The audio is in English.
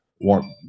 warm